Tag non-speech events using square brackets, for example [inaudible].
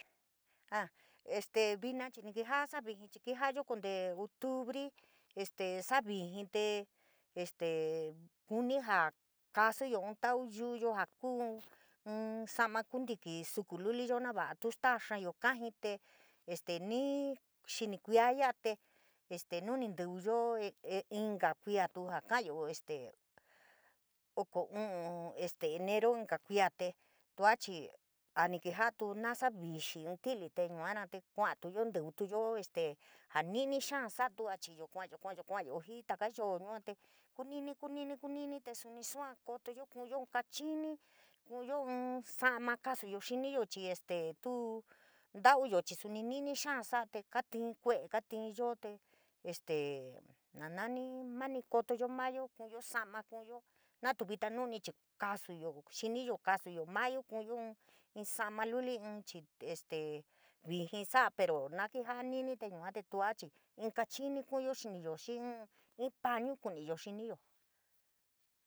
A este vinochii ni kejaa saa vijiin, chii keja’ayo konte octubri este saa vijii, te este [hesitation] kuuni kaasuyo ínn tau yu’yo jaa kuu ínn sa’ama kuntíkí sukululiyo nava’a tu stáá xaayo kajii, te este nii xini kuiaa ya’ate este nuni ntívíyo [hesitation] inka kuiatu jaa ka’atuyo este [hesitation] oko u’u este enero inka kuia te, tuachii a ni keja’atu nasa’s vixii inn tili te, yuana te kua’atuyo ntívítuyo este jaa ni’ni xaa satu a chiyo kua’ayo, kuayo, kua’ayo jii taka yoo yua te kunini, kunini, kunini te suni sua kotuya, ku’uyo kaachini, ku’uyo inn salama, kasuyi xiniyo chii este, tu ntauyo chii suni ni’ni xáá saa te katíín kue’e, kaatíín yo te este ja nani mani kotoyo mayo, ku’uyo sa’ama ku’uyo, natu vita nu’uni, chii kaasuyo xiniyo kasuyo mayo, ku’unyo inn sa’ana luli inn chii, este vijiin sa’a pero nakíjaá ni’ni te yua te tua yuate tua chii in kachini ku’uyo xiniyo xii ínn pañu kuniyo xiniyo.